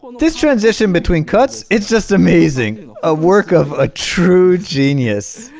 this transition between cuts it's just amazing a work of a true genius